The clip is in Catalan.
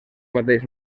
mateix